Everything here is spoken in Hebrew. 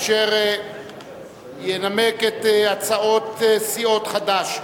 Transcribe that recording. אשר ינמק את הצעות סיעות חד"ש,